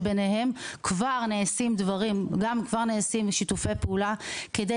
וכבר נעשים שיתופי פעולה כדי,